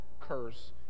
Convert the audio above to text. curse